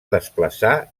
desplaçar